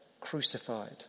crucified